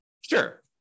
Sure